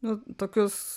nu tokius